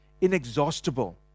inexhaustible